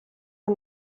the